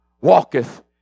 walketh